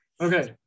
Okay